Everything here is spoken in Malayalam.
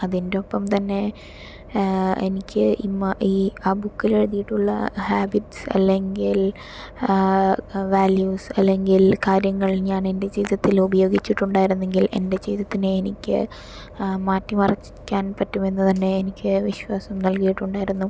അതിന്റൊപ്പംതന്നെ എനിക്ക് ആ ബൂക്കിലെഴുതിയിട്ടുള്ള ഹാബിറ്സ് അല്ലെങ്കിൽ വാല്യൂസ് അല്ലെങ്കിൽ കാര്യങ്ങൾ ഞാൻ എന്റെ ജീവിതത്തിൽ ഉപയോഗിച്ചിട്ടുണ്ടായിരുന്നെങ്കിൽ എന്റെ ജീവിതത്തിനെ എനിക്ക് മാറ്റിമറിക്കാൻ പറ്റുമെന്നുതന്നെ എനിക്ക് വിശ്വാസം നല്കിയിട്ടുണ്ടായിരുന്നു അതിന്റൊപ്പം തന്നെ